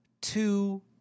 two